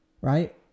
Right